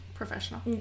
Professional